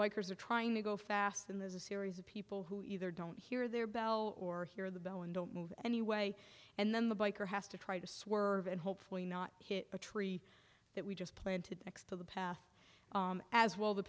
bikers are trying to go fast and there's a series of people who either don't hear their bell or hear the bell and don't move anyway and then the biker has to try to swerve and hopefully not hit a tree that we just planted next to the path as well the